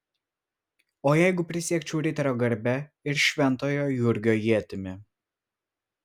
o jeigu prisiekčiau riterio garbe ir šventojo jurgio ietimi